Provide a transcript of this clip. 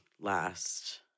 last